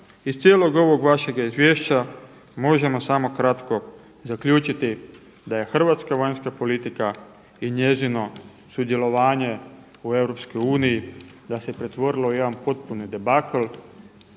iz cijelog ovog vašega izvješća možemo samo kratko zaključiti da je hrvatska vanjska politika i njezino sudjelovanje u EU da se pretvorilo u jedan potpuni debakl.